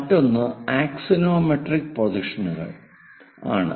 മറ്റൊന്ന് അക്സോണോമെട്രിക് പ്രൊജക്ഷനുകൾ ആണ്